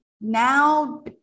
now